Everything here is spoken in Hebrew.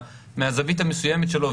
מהזווית המסוימת שלו,